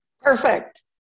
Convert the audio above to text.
Perfect